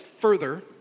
further